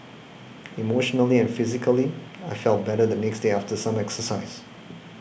emotionally and physically I felt better the next day after some exercise